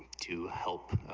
two help,